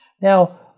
Now